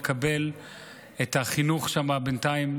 לקבל שם את החינוך בינתיים,